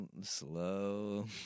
slow